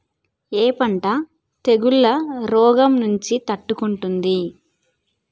ఏ పంట తెగుళ్ల రోగం నుంచి తట్టుకుంటుంది?